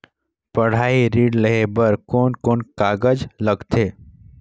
पढ़ाई ऋण लेहे बार कोन कोन कागज लगथे?